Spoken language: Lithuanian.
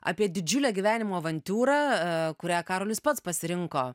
apie didžiulę gyvenimo avantiūrą kurią karolis pats pasirinko